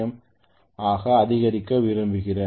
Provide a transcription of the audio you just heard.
M ஆக அதிகரிக்க விரும்புகிறோம்